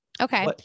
Okay